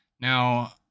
Now